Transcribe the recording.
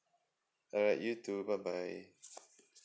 alright you too bye bye